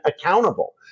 accountable